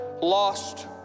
lost